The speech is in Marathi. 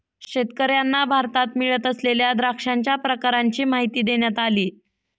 शेतकर्यांना भारतात मिळत असलेल्या द्राक्षांच्या प्रकारांची माहिती देण्यात आली